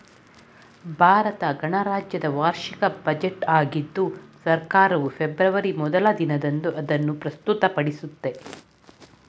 ಭಾರತ ಗಣರಾಜ್ಯದ ವಾರ್ಷಿಕ ಬಜೆಟ್ ಆಗಿದ್ದು ಸರ್ಕಾರವು ಫೆಬ್ರವರಿ ಮೊದ್ಲ ದಿನದಂದು ಅದನ್ನು ಪ್ರಸ್ತುತಪಡಿಸುತ್ತೆ